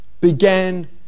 began